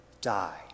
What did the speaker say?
die